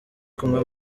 kumwe